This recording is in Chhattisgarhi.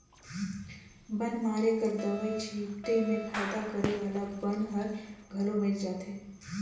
बन मारे कर दवई छीटे में फायदा करे वाला बन हर घलो मइर जाथे